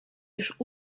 już